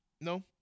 No